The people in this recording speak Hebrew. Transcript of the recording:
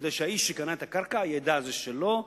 כדי שהאיש שקנה את הקרקע ידע שזה שלו,